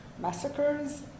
massacres